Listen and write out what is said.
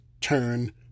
Turn